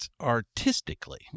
artistically